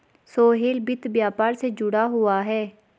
सोहेल वित्त व्यापार से जुड़ा हुआ है